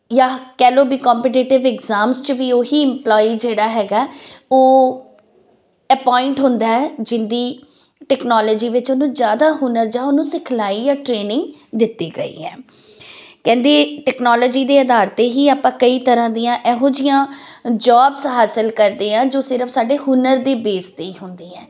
ਯਾ ਕਹਿ ਲਓ ਵੀ ਕੰਪੀਟੀਟਿਵ ਇਗਜਾਮ 'ਚ ਵੀ ਉਹੀ ਇਮਪਲੋਈ ਜਿਹੜਾ ਹੈਗਾ ਉਹ ਅਪੁਆਇੰਟ ਹੁੰਦਾ ਜਿਹਦੀ ਟੈਕਨੋਲੋਜੀ ਵਿੱਚ ਉਹਨੂੰ ਜਿਆਦਾ ਹੁਨਰ ਜਾਂ ਉਹਨੂੰ ਸਿਖਲਾਈ ਆ ਟ੍ਰੇਨਿੰਗ ਦਿੱਤੀ ਗਈ ਹੈ ਕਹਿੰਦੇ ਟੈਕਨੋਲਜੀ ਦੇ ਆਧਾਰ ਤੇ ਹੀ ਆਪਾਂ ਕਈ ਤਰਾਂ ਦੀਆਂ ਇਹੋ ਜਹੀਆਂ ਜੋਬਸ ਹਾਸਿਲ ਕਰਦੇ ਆ ਜੋ ਸਿਰਫ ਸਾਡੇ ਹੁਨਰ ਦੀ ਬੇਜਤੀ ਹੁੰਦੀ ਹੈ